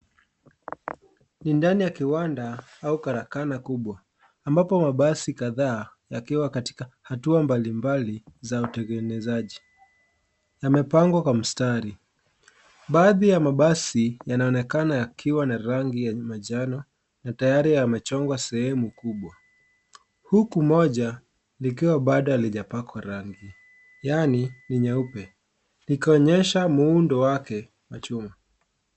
Ni ndani ya kiwanda au karakana kubwa ambapo mabasi kadhaa yakiwa katika hatua mbalimbali za utengenezaji , yamepangwa kwa msitari baadhi ya mabasi yanaonekana yakiwa na rangi ya manjano na tayari yamechongwa sehemu kubwa huku moja likiwa bado halijapakwa rangi yaani ni nyeupe likionyesha muundo wake wa chuma.